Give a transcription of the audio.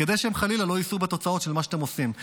כדי שהם חלילה לא יישאו בתוצאות של מה שאתם עושים,